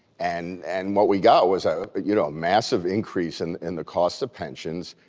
and and what we got was a but you know massive increase and in the cost of pensions.